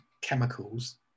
chemicals